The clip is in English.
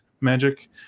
magic